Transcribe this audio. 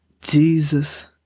Jesus